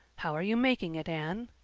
how are you making it, anne?